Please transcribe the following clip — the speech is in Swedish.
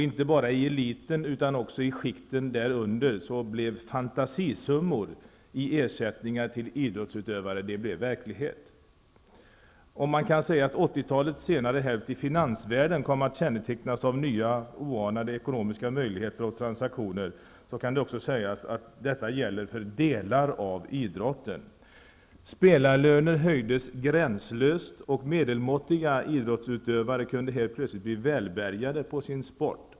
Inte bara i eliten utan också i skikten därunder blev fantasisummor i ersättningar till idrottsutövare verklighet. Om 80-talets senare hälft i finansvärlden kom att kännetecknas av nya oanade ekonomiska möjligheter och transaktioner, kan det också sägas gälla inom delar av idrotten. Spelarlöner höjdes gränslöst, och medelmåttiga idrottsutövare kunde helt plötsligt bli välbärgade på sin sport.